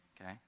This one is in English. okay